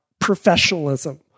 professionalism